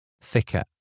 thicker